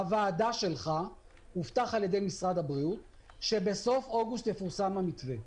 בוועדת הכלכלה הובטח על ידי משרד הבריאות שבסוף אוגוסט יפורסם המתווה.